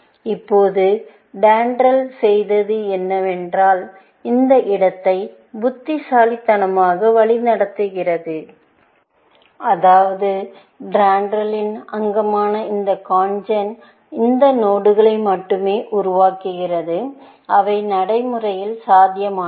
இப்போது DENDRAL செய்தது என்னவென்றால் இந்த இடத்தை புத்திசாலித்தனமாக வழிநடத்துகிறது அதாவது DENDRAL இன் அங்கமான இந்த CONGEN அந்த நோடுகளை மட்டுமே உருவாக்குகிறது அவை நடைமுறையில் சாத்தியமானவை